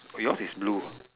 yours is blue ah